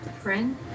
Friend